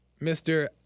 Mr